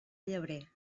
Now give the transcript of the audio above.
llebrer